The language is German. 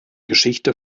geschichte